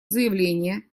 заявления